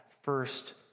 first